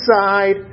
side